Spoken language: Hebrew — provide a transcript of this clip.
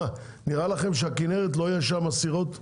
נראה לכם שלא יהיו בכנרת סירות ששטות?